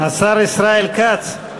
השר ישראל כץ,